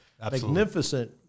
magnificent